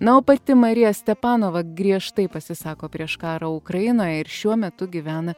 na o pati marija stepanova griežtai pasisako prieš karą ukrainoje ir šiuo metu gyvena